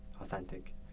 Authentic